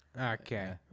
Okay